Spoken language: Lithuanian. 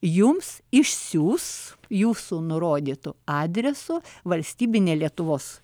jums išsiųs jūsų nurodytu adresu valstybinė lietuvos